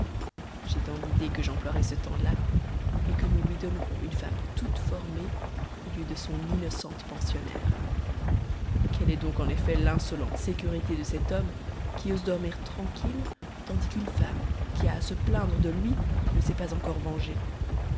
j'ai dans l'idée que j'emploierai ce temps-là que nous lui donnerons une femme toute formée au lieu de son innocente pensionnaire quelle est donc en effet l'insolente sécurité de cet homme qui ose dormir tranquille tandis qu'une femme qui a à se plaindre de lui ne s'est pas encore vengée